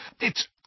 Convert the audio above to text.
It's